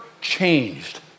changed